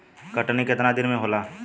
कटनी केतना दिन मे होला?